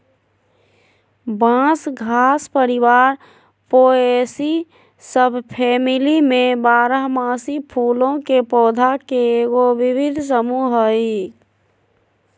बांस घास परिवार पोएसी सबफैमिली में बारहमासी फूलों के पौधा के एगो विविध समूह हइ